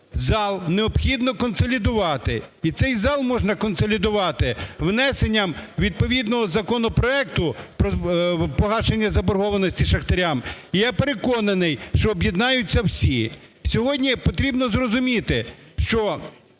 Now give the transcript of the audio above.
зал необхідно консолідувати, і цей зал можна консолідувати внесенням відповідного законопроекту про погашення заборгованості шахтарям, і я переконаний, що об'єднаються всі. Сьогодні потрібно зрозуміти, що